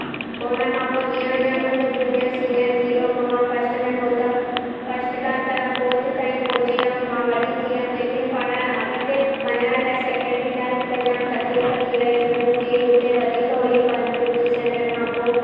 पोइ हुनखां पोइ जीअं जीअं मुंहिंजो जूनियर सीनियर थी वियो पोइ मां फर्स्ट में पहुंतमि फर्स्ट खां त फोर्थ ताईं पोहची वयमि मां वॾी थी वयमि लेकिन पढ़नि अॻिते वञण लाइ सेकंडरी लाइ मूंखे जाम तकलीफ़ थी वई छो जो फीस हुते वधीक हुई पंज फिफ्थ स्टैंडर्ड खां पोइ